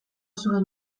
zuen